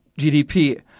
GDP